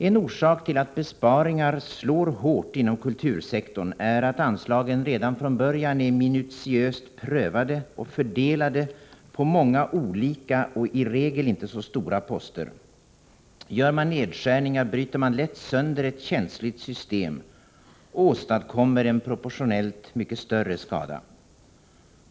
En orsak till att besparingar slår hårt inom kultursektorn är att anslagen redan från början är minutiöst prövade och fördelade på många olika och i regel inte så stora poster. Gör man nedskärningar, bryter man lätt sönder ett känsligt system och åstadkommer en proportionellt sett mycket större skada.